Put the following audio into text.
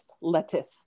lettuce